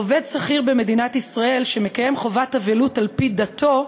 עובד שכיר במדינת ישראל שמקיים חובת אבלות על-פי דתו,